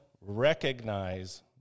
recognize